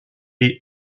est